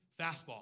fastball